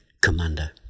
commander